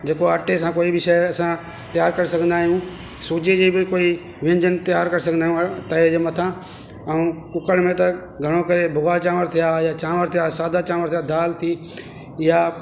जेको आटे सां कोई बि शइ असां त्यारु करे सघंदा आहियूं सुजी जी बि कोई व्यंजन तयारु करे सघंदा आहियूं तए जे मथां ऐं कुकर में त घणो करे भुॻा चांवर थिया या चांवर थिया सादा चांवर थिया दालि थी या